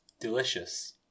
Delicious